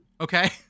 Okay